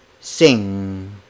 sing